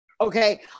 Okay